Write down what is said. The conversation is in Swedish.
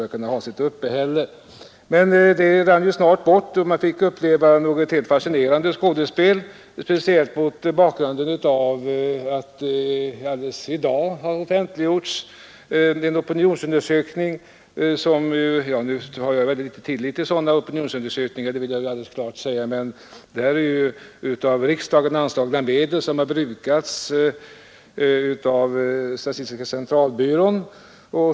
Men tankarna på den här amerikaresan försvann snart när herr Wennerfors fortsatte sitt anförande och man fick uppleva ett fascinerande skådespel, speciellt mot bakgrunden av den i dag offentliggjorda opinionsundersökningen. Jag sätter mycken liten tillit till opinionsundersökningar, men denna opinionsundersökning har ju gjorts av statistiska centralbyrån med av riksdagen anslagna medel.